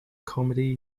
comedy